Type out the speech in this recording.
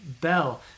bell